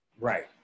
Right